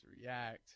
react